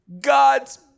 God's